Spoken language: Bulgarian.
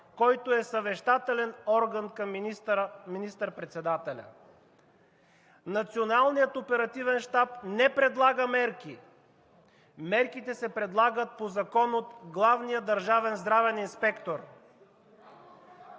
който е съвещателен орган към министър-председателя. Националният оперативен щаб не предлага мерки. Мерките се предлагат по закон от главния държавен здравен инспектор.